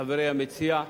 חברי המציע,